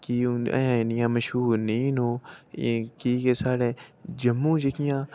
एह् अजें इन्नियां मश्हूर नीं हैन ओह् कि जे साढ़ै जम्मू जेह्कियां डिस्टिक